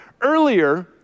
earlier